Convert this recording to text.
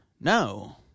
No